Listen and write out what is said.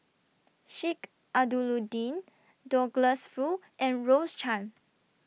Sheik Alau'ddin Douglas Foo and Rose Chan